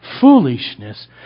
foolishness